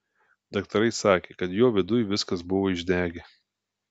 daktarai sakė kad jo viduj viskas buvo išdegę